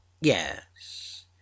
yes